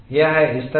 यह है इस तरह